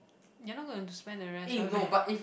you're not going to spend the rest over there